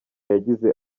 yagize